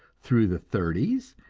through the thirties,